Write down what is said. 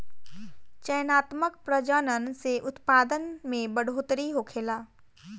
चयनात्मक प्रजनन से उत्पादन में बढ़ोतरी होखेला